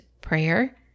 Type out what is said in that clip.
prayer